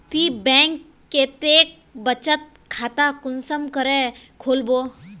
ती बैंक कतेक बचत खाता कुंसम करे खोलबो?